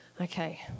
Okay